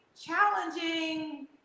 challenging